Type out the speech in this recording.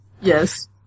Yes